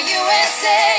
usa